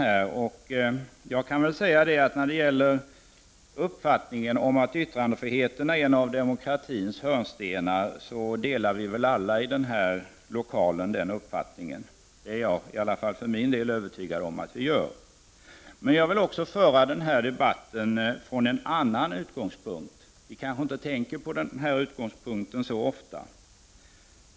Jag tror att alla i denna kammare delar uppfattningen att yttrandefriheten är en av demokratins hörnstenar. Jag är för min del övertygad om det. Men jag vill också föra denna debatt från en annan utgångspunkt som vi kanske inte tänker på så ofta.